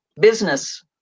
business